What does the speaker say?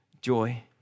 joy